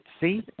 See